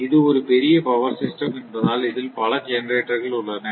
இது ஒரு பெரிய பவர் சிஸ்டம் என்பதால் இதில் பல ஜெனெரேட்டர்கள் உள்ளன